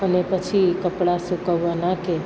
અને પછી કપડાં સૂકવવા નાખે